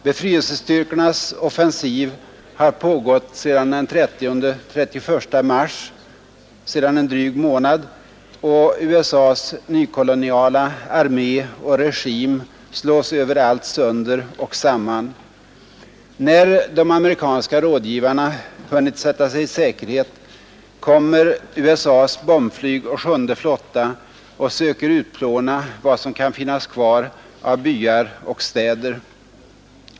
Befrielsestyrkornas offensiv har pågått sedan den 30—31 mars, sedan en dryg månad, och USA:s nykoloniala armé och regim slås överallt sönder och samman. När de amerikanska rådgivarna hunnit sätta sig i säkerhet kommer USA :s bombflyg och sjunde flotta och söker utplåna vad som kan finnas kvar av byar och städer.